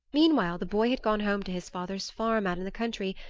meanwhile the boy had gone home to his father's farm out in the country,